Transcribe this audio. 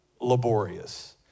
laborious